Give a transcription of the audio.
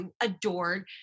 adored